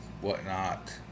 whatnot